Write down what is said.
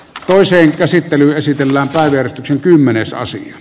toiseen käsittelyyn esitellään taideväkikin kymmenesosan